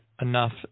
enough